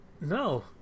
No